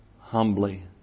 Humbly